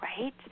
right